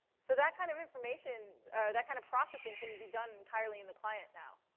so that kind of information or that kind of processing can be done entirely in the client now.